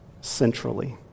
centrally